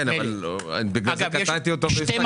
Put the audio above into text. זה גם